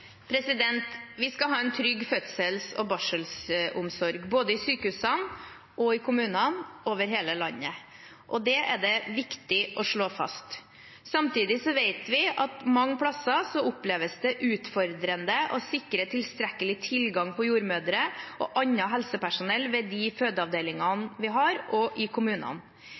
det viktig å slå fast. Samtidig vet vi at det mange steder oppleves utfordrende å sikre tilstrekkelig tilgang på jordmødre og annet helsepersonell ved de fødeavdelingene vi har, og i kommunene.